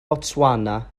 botswana